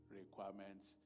requirements